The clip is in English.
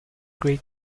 great